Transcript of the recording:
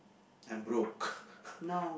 I'm broke